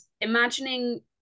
imagining